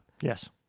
Yes